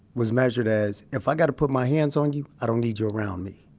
was measured as, if i got to put my hands on you, i don't need you around me.